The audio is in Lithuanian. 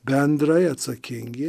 bendrai atsakingi